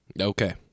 okay